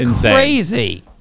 crazy